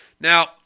Now